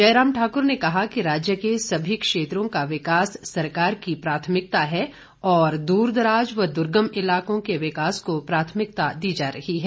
जयराम ठाकर ने कहा कि राज्य के सभी क्षेत्रों का विकास सरकार की प्राथमिकता है और दूरदारज व दुर्गम इलाकों के विकास को प्राथमिकता दी जा रही है